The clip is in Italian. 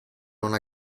una